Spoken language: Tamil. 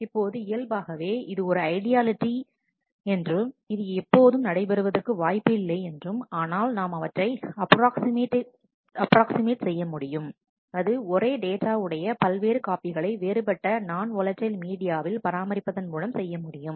இப்போது இயல்பாகவே இது ஒரு ஐடியாலிட்டி இது எப்போதும் நடைபெறுவதற்கு வாய்ப்பு இல்லை ஆனால் நாம் அவற்றை அப்ராக்ஸிமேஷட் செய்ய முடியும் அது ஒரே டேட்டா உடைய பல்வேறு காப்பிகளை வேறுபட்ட நான் ஓலடைல் மீடியாவில் பராமரிப்பதன் மூலம் செய்ய முடியும்